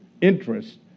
interest